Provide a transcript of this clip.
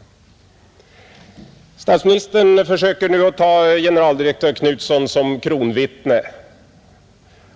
Nu försöker statsministern att ta generaldirektör Paulsson som kronvittne